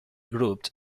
grouped